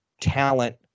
talent